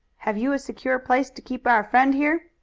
have you a secure place to keep our friend here?